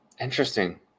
interesting